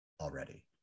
already